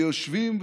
ויושבים,